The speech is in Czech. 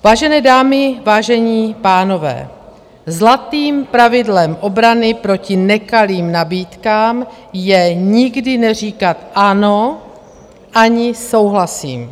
Vážené dámy, vážení pánové, zlatým pravidlem obrany proti nekalým nabídkám je nikdy neříkat ano, ani souhlasím.